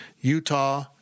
Utah